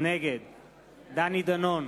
נגד דני דנון,